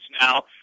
now